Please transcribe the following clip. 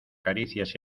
caricias